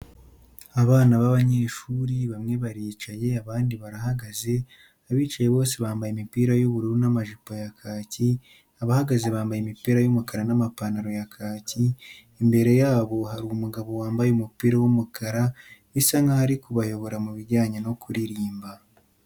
Abana b'abanyeshuri, bamwe baricaye abandi barahagaze, abicaye bose bambaye imipira y'ubururu n'amajipo ya kaki, abahagaze bambaye imipira y'umukara n'amapantaro ya kake, imbere yabo hari umugabo wambaye umupira w'umukara bisa nk'aho ari kubayobora mu bijyanye no kuririmba.